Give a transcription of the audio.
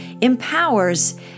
empowers